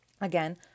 Again